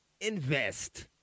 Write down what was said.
invest